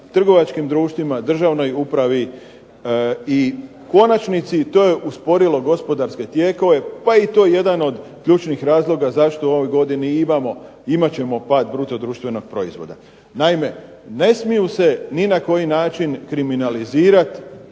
trgovačkim društvima, državnoj upravi i u konačnici to je usporilo gospodarske tijekove, pa je i to jedan od ključnih razloga zašto u ovoj godini imamo, imat ćemo pad bruto društvenog proizvoda. Naime, ne smiju se ni na koji način kriminalizirati